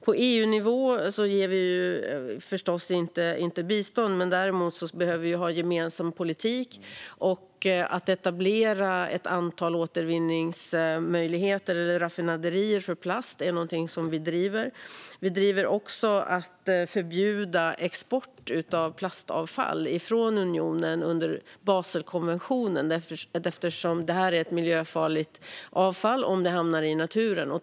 På EU-nivå ger vi förstås inte bistånd. Däremot behöver vi ha en gemensam politik och etablera ett antal återvinningsmöjligheter, och vi driver på för raffinaderier för plast. Vi driver också på för att förbjuda export av plastavfall från unionen enligt Baselkonventionen, eftersom detta är ett miljöfarligt avfall om det hamnar i naturen.